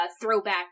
throwback